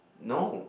no